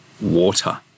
Water